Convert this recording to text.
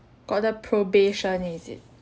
got the probation is it